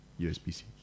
USB-C